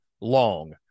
long